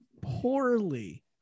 poorly